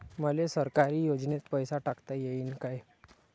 मले सरकारी योजतेन पैसा टाकता येईन काय?